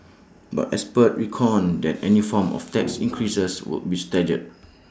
but experts reckoned that any form of tax increases would be staggered